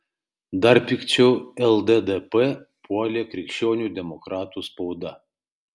dar pikčiau lddp puolė krikščionių demokratų spauda